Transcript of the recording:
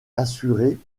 assurée